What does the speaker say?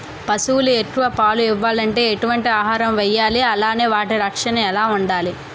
పశువులు ఎక్కువ పాలు ఇవ్వాలంటే ఎటు వంటి ఆహారం వేయాలి అలానే వాటి రక్షణ ఎలా వుండాలి?